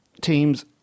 teams